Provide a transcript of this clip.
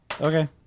Okay